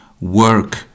work